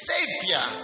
Savior